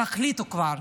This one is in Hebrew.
תחליטו כבר.